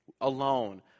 alone